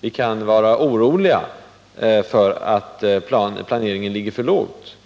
Vi kan vara oroliga för att planeringen ligger för lågt.